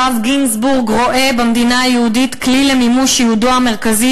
הרב גינזבורג רואה במדינה היהודית כלי למימוש ייעודו המרכזי